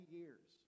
years